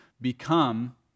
become